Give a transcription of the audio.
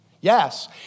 Yes